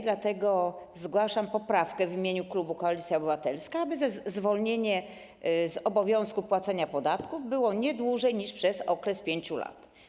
Dlatego zgłaszam poprawkę w imieniu klubu Koalicja Obywatelska, aby zwolnienie z obowiązku płacenia podatku trwało nie dłużej niż przez okres 5 lat.